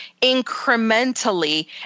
incrementally